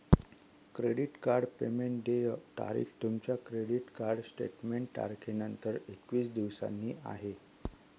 credit card payment देय तारीख तुमच्या क्रेडिट कार्ड स्टेटमेंट तारखेनंतर एकवीस दिवसांनी आहे